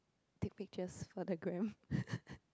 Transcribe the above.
take pictures for the gram